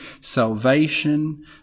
salvation